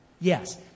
Yes